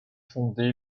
fondée